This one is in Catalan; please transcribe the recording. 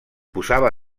posava